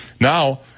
Now